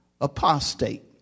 apostate